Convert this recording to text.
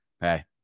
hey